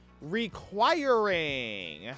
Requiring